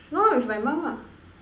no lah with my mom lah